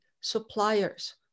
suppliers